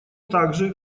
также